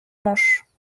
manche